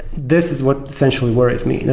this is what essentially worries me.